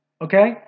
Okay